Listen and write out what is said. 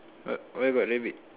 uh uh where got rabbit